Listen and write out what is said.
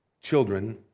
children